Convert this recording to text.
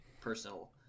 personal